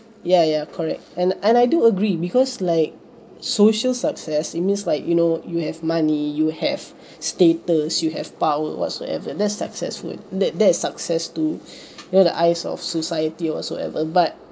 ya ya correct and and I do agree because like social success it means like you know you have money you have status you have power whatsoever that's successful that that success to you know the eyes of society whatsoever but